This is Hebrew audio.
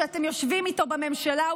שאתם יושבים איתו בממשלה,